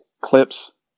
clips